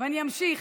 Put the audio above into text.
אני אמשיך.